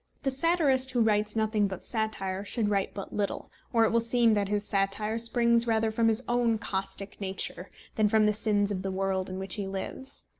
the satirist who writes nothing but satire should write but little or it will seem that his satire springs rather from his own caustic nature than from the sins of the world in which he lives.